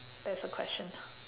that's the question